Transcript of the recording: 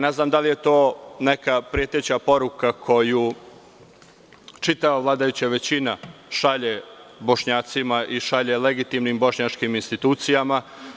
Ne znam da li je to neka preteća poruka koju čitava vladajuća većina šalje Bošnjacima i šalje legitimnim bošnjačkim institucijama.